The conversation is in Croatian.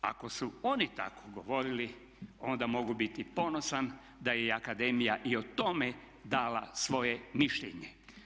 Ako su oni tako govorili onda mogu biti ponosan da je i akademija i o tome dala svoje mišljenje.